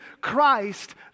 Christ